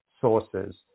sources